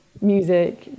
music